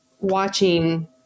watching